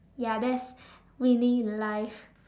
ya that's winning in life